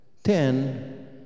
Ten